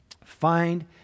Find